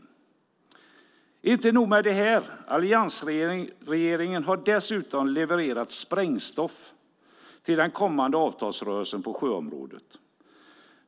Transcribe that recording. Det är inte nog med detta, utan alliansregeringen har dessutom levererat sprängstoff till den kommande avtalsrörelsen på sjöområdet.